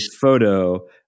photo